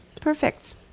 Perfect